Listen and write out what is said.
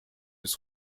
ist